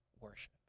worship